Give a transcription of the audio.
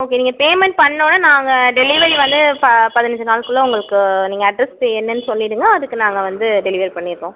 okay நீங்கள் payment பண்ணோன்ன நாங்கள் டெலிவரி வந்து பதினஞ்சு நாளுக்குள்ளே உங்களுக்கு நீங்கள் அட்ரஸ் என்னன்னு சொல்லிவிடுங்க அதுக்கு நாங்கள் வந்து டெலிவர் பண்ணிவிடுறோம்